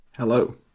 Hello